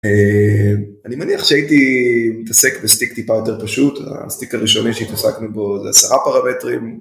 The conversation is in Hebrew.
אני מניח שהייתי מתעסק בסטיק טיפה יותר פשוט, הסטיק הראשון שהתעסקנו בו זה עשרה פרמטרים.